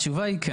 התשובה היא כן.